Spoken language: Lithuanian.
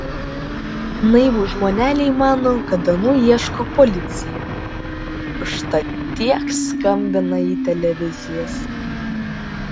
naivūs žmoneliai mano kad anų ieško policija užtat tiek skambina į televizijas